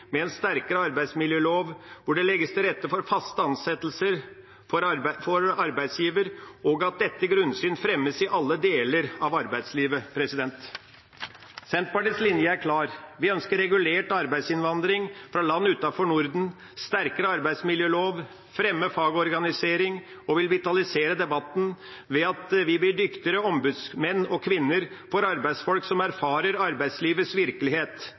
med en sterkere arbeidsmiljølov, hvor det legges til rette for faste ansettelser for arbeidsgiver, og at dette grunnsyn fremmes i alle deler av arbeidslivet? Senterpartiets linje er klar. Vi ønsker regulert arbeidsinnvandring fra land utenfor Norden, en sterkere arbeidsmiljølov, fremme fagorganisering, og vi vil vitalisere debatten ved at vi blir dyktigere ombudsmenn og -kvinner for arbeidsfolk som erfarer arbeidslivets virkelighet.